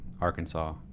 arkansas